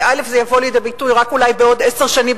כי זה יבוא לידי ביטוי אולי רק בעוד עשר שנים,